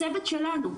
הצוות שלנו,